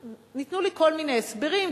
ניתנו לי כל מיני הסברים,